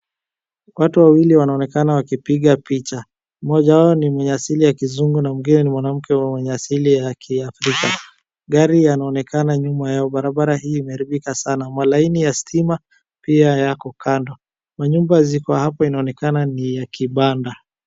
Watu wawili wanaonekana wakipiga picha. Mmoja wao ni mwenye asili ya kizungu na mwingine ni mwanamke mwenye asili ya Kiafrika. Gari yanaonekana nyuma yao. Barabara hii imeharibika sana. Malaini ya stima pia yako kando. Manyumba ziko hapo inaonekana ni ya kibanda.